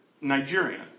Nigerian